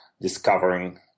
discovering